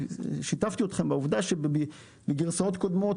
גם שיתפתי אתכם בעובדה שבגרסאות קודמות,